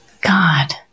God